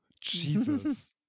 Jesus